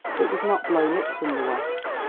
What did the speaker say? it was not blown up from the west,